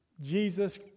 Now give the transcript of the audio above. Jesus